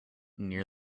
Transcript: near